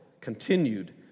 continued